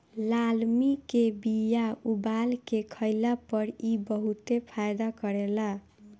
लालमि के बिया उबाल के खइला पर इ बहुते फायदा करेला